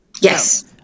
Yes